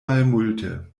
malmulte